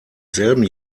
selben